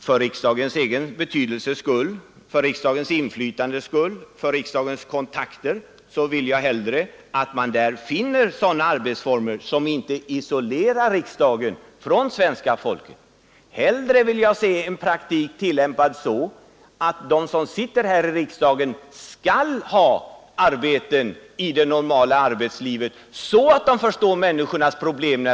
För riksdagens egen betydelses skull, för riksdagens inflytandes skull, för riksdagens kontakters skull vill jag hellre att man finner sådana arbetsformer som inte isolerar riksdagen från svenska folket. Jag vill se en praxis tillämpad så, att de som sitter här i riksdagen skall ha arbeten i det normala arbetslivet så att de förstår människornas problem.